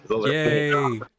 Yay